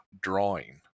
drawing